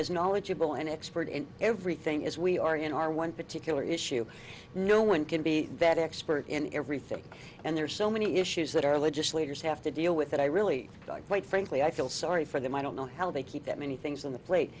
as knowledgeable and expert in everything as we are in our one particular issue no one can be that expert in everything and there are so many issues that our legislators have to deal with that i really like quite frankly i feel sorry for them i don't know how they keep that many things on the plate